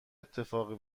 اتفاقی